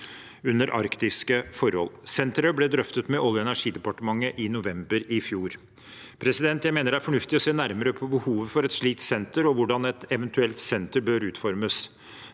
under arktiske forhold. Senteret ble drøftet med Olje- og energidepartementet i november i fjor. Jeg mener det er fornuftig å se nærmere på behovet for et slikt senter og hvordan et eventuelt senter bør utformes.